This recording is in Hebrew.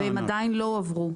הן עדיין לא עברו.